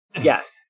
yes